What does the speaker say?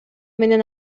менен